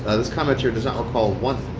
ah this commenter does not recall one.